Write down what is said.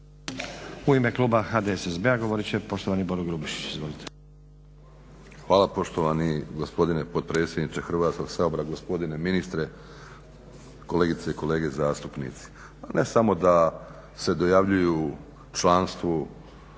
U ime kluba HDSSB-a govorit će poštovani Boro Grubišić. Izvolite. **Grubišić, Boro (HDSSB)** Hvala poštovani gospodine potpredsjedniče Hrvatskog sabora. Gospodine ministre, kolegice i kolege zastupnici. Ne samo da se dojavljuju članstvu